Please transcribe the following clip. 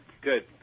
good